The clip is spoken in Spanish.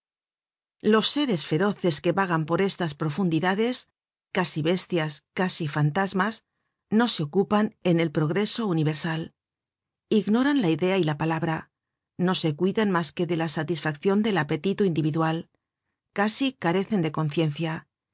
los seres feroces que vagan por estas profundides casi bestias casi fantasmas no se ocupan en el progreso universal ignoran la idea y la palabra no se cuidan mas que de la satisfaccion del apetito individual casi carecen de conciencia